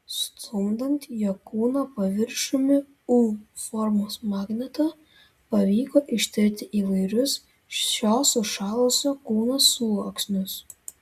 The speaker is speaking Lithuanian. stumdant jo kūno paviršiumi u formos magnetą pavyko ištirti įvairius šio sušalusio kūno sluoksnius